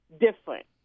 different